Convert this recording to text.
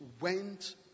went